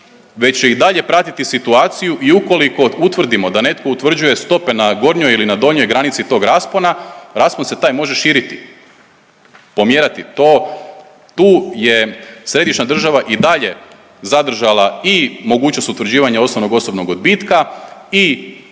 već će i dalje pratiti situaciju i ukoliko utvrdimo da netko utvrđuje stope na gornjoj ili na donjoj granici tog raspona raspon se taj može širiti, pomjerati, to, tu je središnja država i dalje zadržala i mogućnost utvrđivanja osnovnog osobnog odbitka i